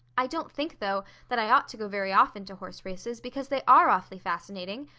i don't think, though, that i ought to go very often to horse races, because they are awfully fascinating.